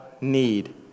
need